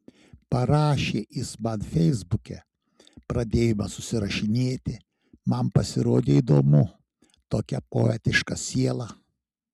parašė jis man feisbuke pradėjome susirašinėti man pasirodė įdomu tokia poetiška siela